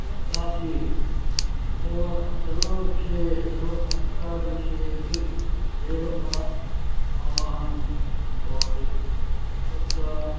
तथापि सर्वविषये सर्वसंस्कारविषयेपि देवता आवाहनं भवति तत्र